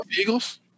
Eagles